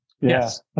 Yes